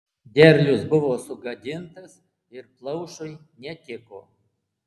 derlius buvo sugadintas ir plaušui netiko